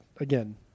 again